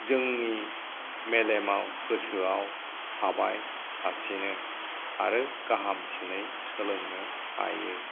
जोंनि मेलेमाव गोसोआव थाबाय थासिनो आरो गाहामसिनै सोलोंनो हायो